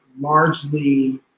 largely